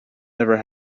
never